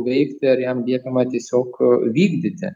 veikti ar jam liepiama tiesiog vykdyti